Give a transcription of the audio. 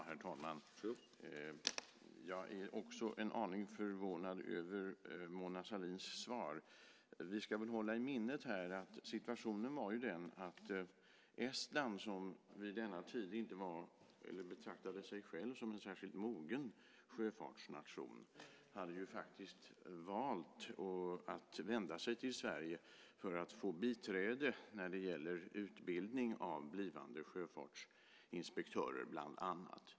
Herr talman! Jag är också en aning förvånad över Mona Sahlins svar. Vi ska hålla i minnet här att situationen var den att Estland, som vid denna tid inte betraktade sig själv som en särskilt mogen sjöfartsnation, faktiskt hade valt att vända sig till Sverige för att få biträde när det gällde utbildning av blivande sjöfartsinspektörer bland annat.